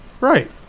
Right